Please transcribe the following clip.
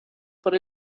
por